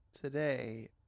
today